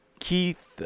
Keith